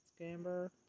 Scamber